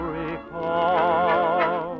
recall